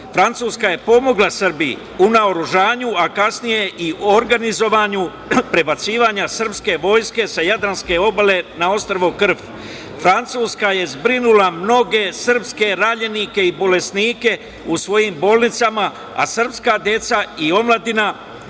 Francuska je pomogla Srbiji u naoružanju, a kasnije i organizovanju prebacivanja srpske vojske sa jadranske obale na ostrvo Krf. Francuska je zbrinula mnoge srpske ranjenike i bolesnike u svojim bolnicama, a srpska deca i omladina